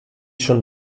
schon